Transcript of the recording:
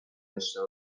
داشته